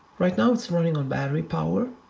right now it's running on battery power.